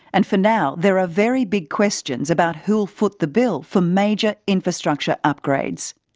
and for now there are very big questions about who'll foot the bill for major infrastructure upgrades.